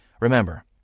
Remember